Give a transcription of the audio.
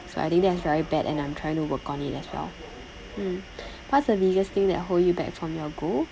so I think that's very bad and I'm trying to work on it as well mm what's the biggest thing that hold you back from your goal